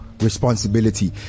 responsibility